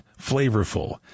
flavorful